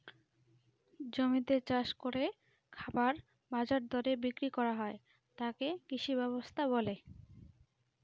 জমিতে চাষ করে খাবার বাজার দরে বিক্রি করা হয় তাকে কৃষি ব্যবস্থা বলে